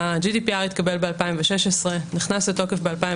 ה- GDPR התקבל ב- 2016 נכנס לתוקף ב- 2018,